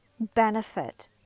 benefit